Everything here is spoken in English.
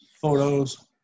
photos